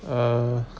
err